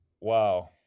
Wow